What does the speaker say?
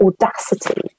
audacity